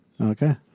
Okay